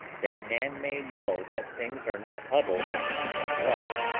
that man may know that things are not huddled and lumped,